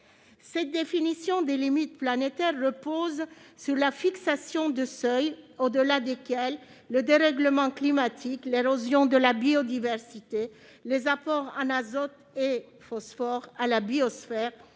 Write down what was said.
Cette définition des limites planétaires repose sur la fixation de seuils au-delà desquels le dérèglement climatique, l'érosion de la biodiversité, les apports en azote et phosphore à la biosphère